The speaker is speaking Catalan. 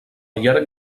llarg